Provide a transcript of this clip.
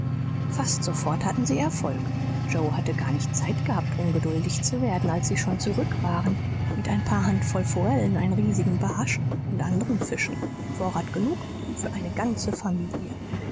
fast sofort hatten sie erfolg joe hatte gar nicht zeit gehabt ungeduldig zu werden als sie schon zurück waren mit ein paar handvoll forellen einem riesigen barsch und anderen fischen vorrat genug für eine ganze familie